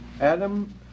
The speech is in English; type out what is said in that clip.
Adam